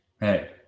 hey